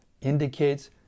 indicates